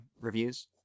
reviews